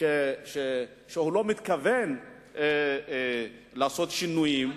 והוא לא מתכוון לעשות שינויים.